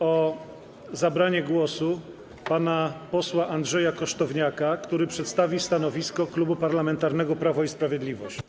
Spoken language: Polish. Proszę o zabranie głosu pana posła Andrzeja Kosztowniaka, który przedstawi stanowisko Klubu Parlamentarnego Prawo i Sprawiedliwość.